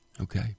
Okay